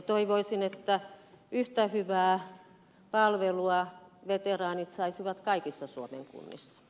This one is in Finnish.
toivoisin että yhtä hyvää palvelua veteraanit saisivat kaikissa suomen kunnissa